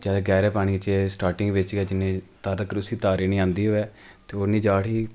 जैदा गैह्रे पानी च सटार्टिंग बिच गै जिन्ने चिर तक असें तारी निं औंदी होऐ ते ओह् निं जा उठी